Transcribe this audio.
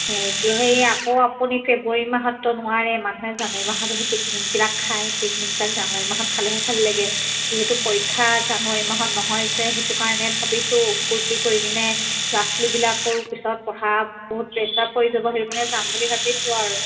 এতিয়া সেই আকৌ আপুনি ফেব্ৰুৱাৰী মাহততো নোৱাৰে মানুহে জানুৱাৰী মাহতহে পিকনিকবিলাক খায় পিকনিকগাল জানুৱাৰী মাহত খালেহে ভাল লাগে যিহেতু পৰীক্ষা জানুৱাৰী মাহত নহয় যে সেইটো কাৰণে ভাবিছোঁ ফূৰ্তি কৰি কিনে ল'ৰা ছোৱালীবিলাকৰো পিছত পঢ়া বহুত প্ৰেচাৰ পৰি যাব সেইটো কাৰণে যাম বুলি ভাবিছোঁ আৰু